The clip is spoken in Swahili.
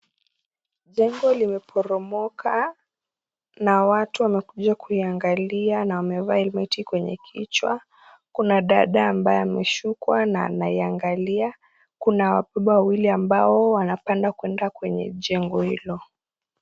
Jengo, limeporomoka na watu wamekuja kuiangalia na wamevaa helmet kwenye kichwa. Kuna dada ambaye ameshuku kua na anaiangalilia. Kuna wababa wawili ambao wanapanda kuenda kwenye jengo hilo.